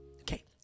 Okay